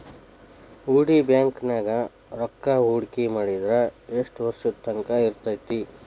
ಹೂಡಿ ಬ್ಯಾಂಕ್ ನ್ಯಾಗ್ ರೂಕ್ಕಾಹೂಡ್ಕಿ ಮಾಡಿದ್ರ ಯೆಷ್ಟ್ ವರ್ಷದ ತಂಕಾ ಇರ್ತೇತಿ?